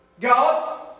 God